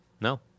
No